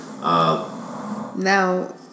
Now